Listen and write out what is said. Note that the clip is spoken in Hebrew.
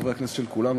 חברי הכנסת של כולנו,